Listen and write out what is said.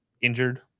injured –